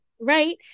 Right